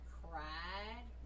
cried